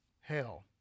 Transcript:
hell